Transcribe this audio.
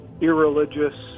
irreligious